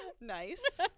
Nice